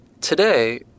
Today